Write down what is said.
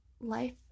life